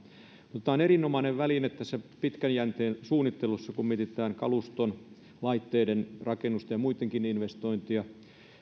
tämä on erinomainen väline tässä pitkän jänteen suunnittelussa kun mietitään kalustoon laitteisiin rakennuksiin ja muihinkin investointia